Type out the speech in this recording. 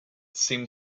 seemed